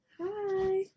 hi